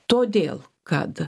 todėl kad